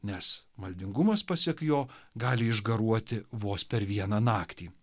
nes maldingumas pasak jo gali išgaruoti vos per vieną naktį